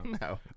no